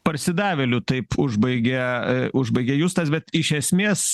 parsidavėlių taip užbaigia užbaigė justas bet iš esmės